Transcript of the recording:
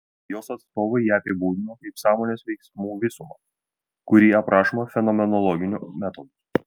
jos atstovai ją apibūdino kaip sąmonės veiksmų visumą kuri aprašoma fenomenologiniu metodu